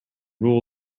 rule